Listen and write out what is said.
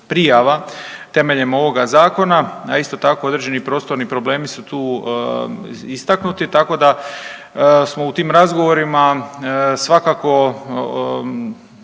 temeljem ovoga zakona, a isto tako određeni prostorni problemi su tu istaknuti, tako da smo u tim razgovorima svakako